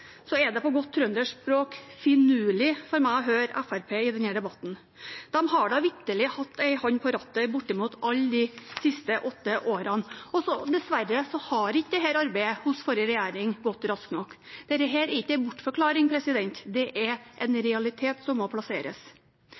er det på godt trøndersk språk finurlig for meg å høre Fremskrittspartiet i denne debatten. De har da vitterlig hatt en hånd på rattet i bortimot alle de siste åtte årene, og dessverre har ikke dette arbeidet hos forrige regjering gått raskt nok. Dette er ikke en bortforklaring, det er en realitet som må plasseres.